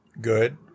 good